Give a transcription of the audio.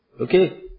okay